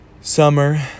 summer